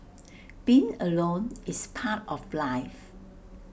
being alone is part of life